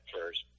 first